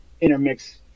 intermix